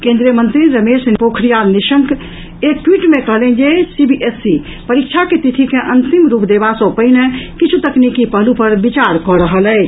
केंद्रीय मंत्री रमेश पोखरियाल निशंक एक ट्वीट मे कहलनि जे सीबीएसई परीक्षा के तिथि के अंतिम रूप देबा सँ पहिने किछु तकनीकी पहलू पर विचार कऽ रहल अछि